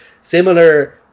similar